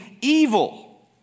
evil